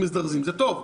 זה טוב,